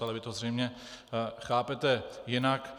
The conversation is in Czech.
Ale vy to zřejmě chápete jinak.